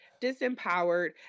disempowered